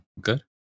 good